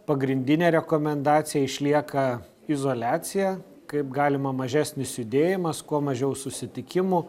pagrindinė rekomendacija išlieka izoliacija kaip galima mažesnis judėjimas kuo mažiau susitikimų